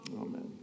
Amen